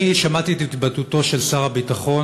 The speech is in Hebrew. אני שמעתי את התבטאותו הברורה של שר הביטחון,